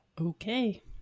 Okay